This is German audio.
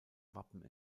wappen